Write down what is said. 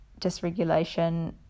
dysregulation